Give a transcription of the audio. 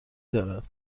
دارد